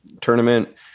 tournament